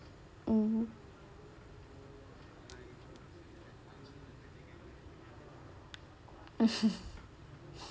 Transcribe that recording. mmhmm